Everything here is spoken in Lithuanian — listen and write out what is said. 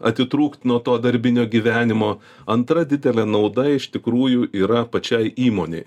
atitrūkt nuo to darbinio gyvenimo antra didelė nauda iš tikrųjų yra pačiai įmonei